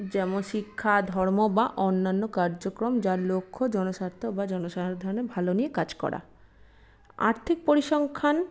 যেমন শিক্ষা ধর্ম বা অন্যান্য কার্যক্রম যার লক্ষ্য জনস্বার্থ বা জনসাধারণের ভালো নিয়ে কাজ করা আর্থিক পরিসংখ্যান